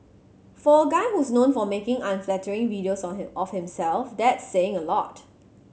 for a guy who's known for making unflattering videos or him of himself that's saying a lot